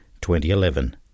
2011